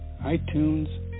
iTunes